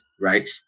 right